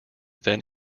then